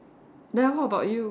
then how about you